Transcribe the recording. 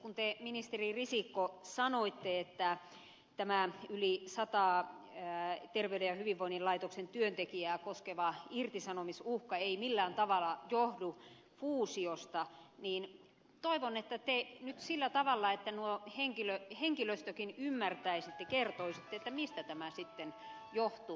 kun te ministeri risikko sanoitte että tämä yli sataa terveyden ja hyvinvoinnin laitoksen työntekijää koskeva irtisanomisuhka ei millään tavalla johdu fuusiosta niin toivon että te nyt sillä tavalla että tuo henkilöstökin ymmärtäisi kertoisitte mistä tämä sitten johtuu